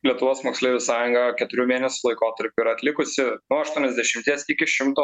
lietuvos moksleivių sąjunga keturių mėnesių laikotarpy yra atlikusi nu aštuoniasdešimties iki šimto